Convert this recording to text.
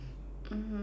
mmhmm